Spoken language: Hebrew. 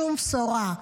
שום בשורה.